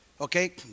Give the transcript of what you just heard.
okay